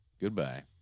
goodbye